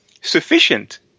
sufficient